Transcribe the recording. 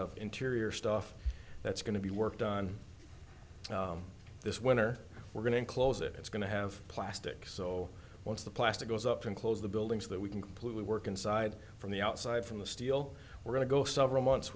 of interior stuff that's going to be worked on this winter we're going to close it it's going to have plastics so once the plastic goes up and close the buildings that we can completely work inside from the outside from the steel we're going to go several months